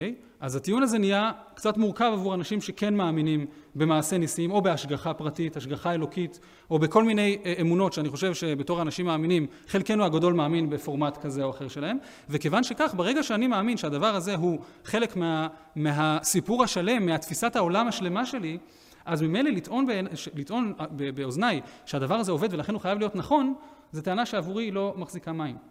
אז הטיעון הזה נהיה קצת מורכב עבור אנשים שכן מאמינים במעשה ניסים או בהשגחה פרטית, השגחה אלוקית או בכל מיני אמונות שאני חושב שבתור אנשים מאמינים חלקנו הגדול מאמין בפורמט כזה או אחר שלהם וכיוון שכך ברגע שאני מאמין שהדבר הזה הוא חלק מהסיפור השלם, מהתפיסת העולם השלמה שלי אז ממני לטעון באוזני שהדבר הזה עובד ולכן הוא חייב להיות נכון זה טענה שעבורי לא מחזיקה מים